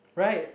right